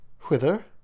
Whither